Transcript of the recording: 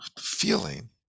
feeling